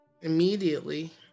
immediately